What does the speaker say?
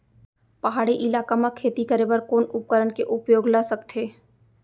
पहाड़ी इलाका म खेती करें बर कोन उपकरण के उपयोग ल सकथे?